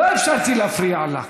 לא אפשרתי להפריע לה.